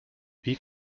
wie